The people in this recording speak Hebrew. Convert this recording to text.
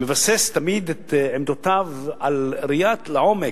מבסס תמיד את עמדותיו על ראייה לעומק,